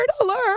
alert